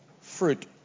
fruit